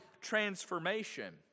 transformation